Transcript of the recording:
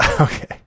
Okay